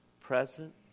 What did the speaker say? present